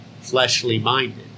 fleshly-minded